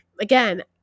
again